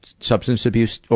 substance abuse, ah